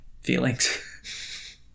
feelings